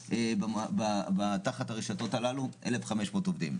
בהעסקה תחת הרשתות האלה 1,500 עובדים.